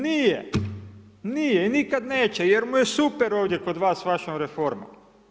Nije, nije i nikada neće jer mu je super ovdje kod vas s vašom reformom.